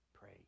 pray